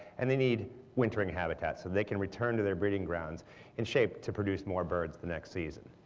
and they need wintering habitats so they can return to their breeding grounds in shape to produce more birds the next season.